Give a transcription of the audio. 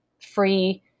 free